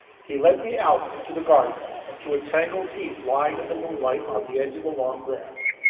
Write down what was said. he led me out into the garden, and to a tangled heap lying in the moonlight, on the edge of the long grass.